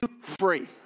free